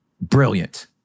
brilliant